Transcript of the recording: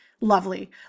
Lovely